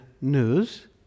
news